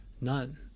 none